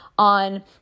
On